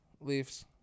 Leafs